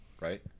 right